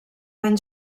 van